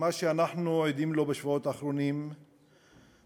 שמה שאנחנו עדים לו בשבועות האחרונים במיוחד,